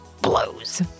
blows